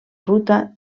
ruta